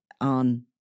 on